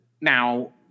Now